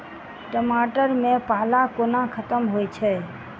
टमाटर मे पाला कोना खत्म होइ छै?